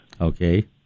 Okay